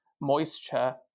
moisture